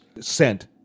sent